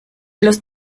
los